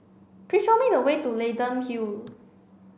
please show me the way to Leyden Hill